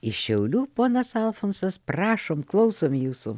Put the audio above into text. iš šiaulių ponas alfonsas prašom klausom jūsų